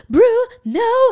Bruno